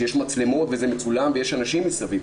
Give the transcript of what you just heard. שיש מצלמות וזה מצולם ויש אנשים מסביב.